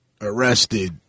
arrested